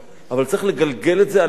אבל צריך לגלגל את זה על הממשלה,